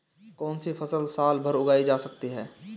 कौनसी फसल साल भर उगाई जा सकती है?